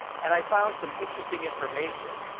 and i found some interesting information,